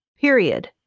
Period